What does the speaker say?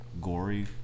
gory